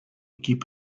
keep